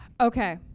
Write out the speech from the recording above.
Okay